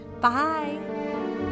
Bye